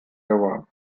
iowa